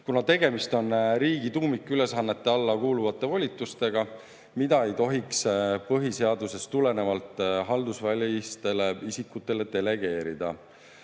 kuna tegemist on riigi tuumikülesannete alla kuuluvate volitustega, mida ei tohiks põhiseadusest tulenevalt haldusvälistele isikutele delegeerida.